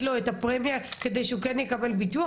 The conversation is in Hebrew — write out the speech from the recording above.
לו את הפרמיה כדי שהוא כן יקבל ביטוח?